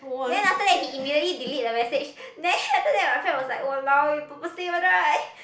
then after that he immediately delete the message then after that my friend was like !walao! you purposely one right